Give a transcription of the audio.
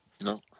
No